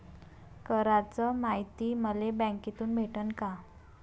कराच मायती मले बँकेतून भेटन का?